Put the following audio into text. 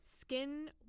skin